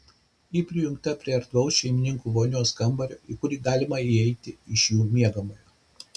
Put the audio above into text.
ji prijungta prie erdvaus šeimininkų vonios kambario į kurį galima įeiti iš jų miegamojo